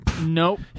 Nope